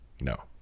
no